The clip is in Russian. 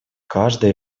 каждое